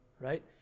right